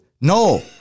No